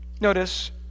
Notice